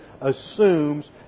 assumes